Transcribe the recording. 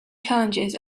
challenges